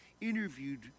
interviewed